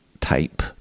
type